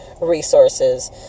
resources